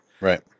right